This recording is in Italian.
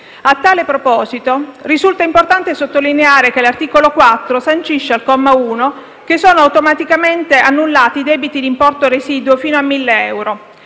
A tale proposito, risulta importante sottolineare che l'articolo 4 sancisce, al comma 1, che sono automaticamente annullati i debiti d'importo residuo fino a 1.000 euro.